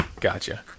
Gotcha